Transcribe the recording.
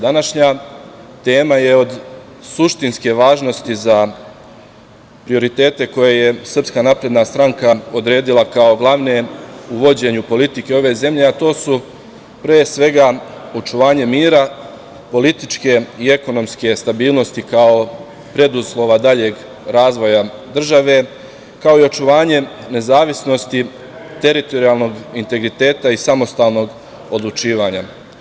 Današnja tema je od suštinske važnosti za prioritete koje je SNS odredila kao glavne u vođenju politike ove zemlje, a to su pre svega očuvanje mira, političke i ekonomske stabilnosti kao preduslova daljeg razvoja države, kao i očuvanje nezavisnosti teritorijalnog integriteta i samostalnog odlučivanja.